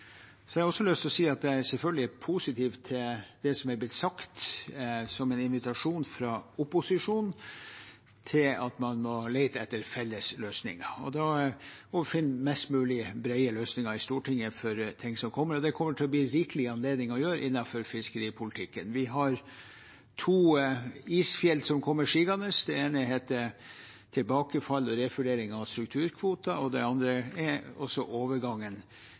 Jeg har også lyst til å si at jeg selvfølgelig er positiv til det som er blitt sagt som en invitasjon fra opposisjonen til å lete etter felles løsninger. Da må vi finne mest mulig brede løsninger i Stortinget for ting som kommer, og det kommer det til å bli rikelig med anledninger til å gjøre innenfor fiskeripolitikken. Vi har to isfjell som kommer sigende – det ene heter tilbakefall og revurdering av strukturkvoter, og det andre er overgangen